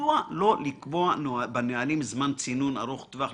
מדוע לא לקבוע בנהלים זמן צינון ארוך טווח,